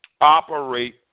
operate